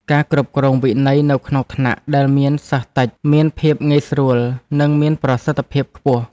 ការគ្រប់គ្រងវិន័យនៅក្នុងថ្នាក់ដែលមានសិស្សតិចមានភាពងាយស្រួលនិងមានប្រសិទ្ធភាពខ្ពស់។